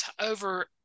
over